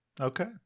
Okay